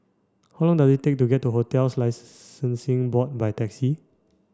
how long does it take to get to Hotels Board by taxi